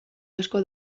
asko